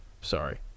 Sorry